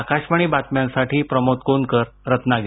आकाशवाणीच्या बातम्यांसाठी प्रमोद कोनकर रत्नागिरी